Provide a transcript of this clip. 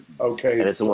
Okay